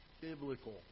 biblical